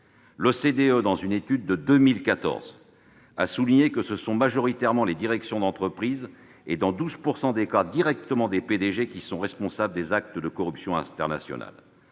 L'OCDE, dans une étude de 2014, a souligné que ce sont majoritairement les directions d'entreprise et, dans 12 % des cas, directement les PDG, qui sont responsables des actes de corruption internationale.